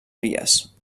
vies